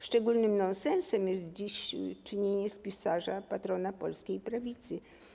Szczególnym nonsensem jest dziś czynienie z pisarza patrona polskiej prawicy.